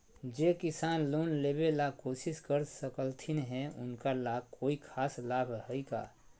जे किसान लोन लेबे ला कोसिस कर रहलथिन हे उनका ला कोई खास लाभ हइ का?